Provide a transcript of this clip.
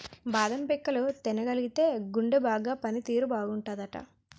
బాదం పిక్కలు తినగలిగితేయ్ గుండె బాగా పని తీరు బాగుంటాదట